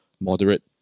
moderate